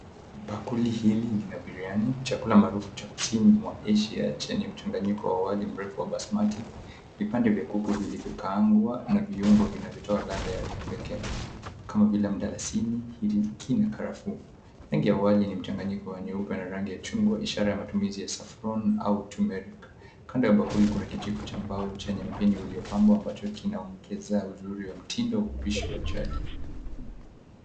Bakuli hili ni la biriani, chakula maarufu cha kusini mwa Asia chenye mchanganyiko wa wali mrefu wa basmati, vipande vya kuku vilivyokaangwa na viungo vinavyotoa ladha ya kipekee kama vile mdalasini, iliki na karafuu. Rangi ya wali ni mchanganyiko wa nyeupe na rangi ya chungwa, ishara ya matumizi ya saffron au turmeric . Kando ya bakuli kuna kijiko cha mbao chenye mpini uliopambwa ambacho kinaongeza uzuri wa mtindo wa upishi wa jadi.